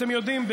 אתם יודעים,